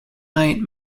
night